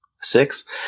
Six